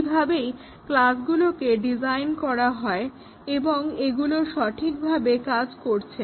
এই ভাবেই ক্লাসগুলোকে ডিজাইন করা হয় এবং এগুলোর সঠিক ভাবে কাজ করছে